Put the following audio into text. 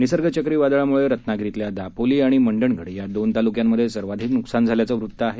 निसर्ग चक्रीवादळामुळे रत्नागिरीतल्या दापोली आणि मंडणगड या दोन तालुक्यांमध्ये सर्वाधिक नुकसान झाल्याचं वृत्त आहे